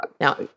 Now